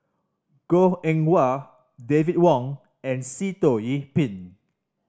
Goh Eng Wah David Wong and Sitoh Yih Pin